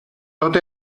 tot